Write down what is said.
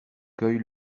cueille